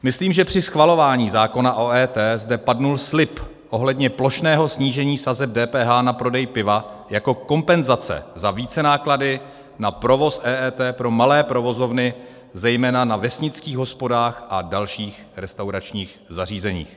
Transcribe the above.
Myslím, že při schvalování zákona o EET zde padl slib ohledně plošného snížení sazeb DPH na prodej piva jako kompenzace za vícenáklady na provoz EET pro malé provozovny, zejména na vesnických hospodách a dalších restauračních zařízeních.